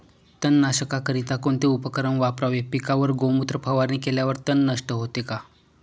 तणनाशकाकरिता कोणते उपकरण वापरावे? पिकावर गोमूत्र फवारणी केल्यावर तण नष्ट होते का?